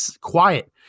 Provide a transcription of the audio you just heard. quiet